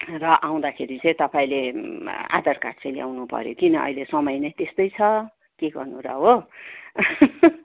र आउँदाखेरि चाहिँ तपाईँले आधार कार्ड चाहिँ ल्याउनु पऱ्यो किन अहिले समय नै त्यस्तै छ के गर्नु र हो